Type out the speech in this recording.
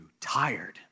tired